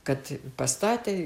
kad pastatė